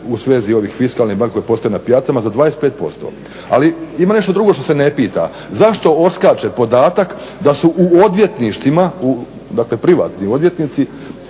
u svezi ovih fiskalnih, dakle postoje na pijacama za 25%. Ali ima nešto drugo što se ne pita. Zašto odskače podatak da su u odvjetništvima, dakle privatni odvjetnici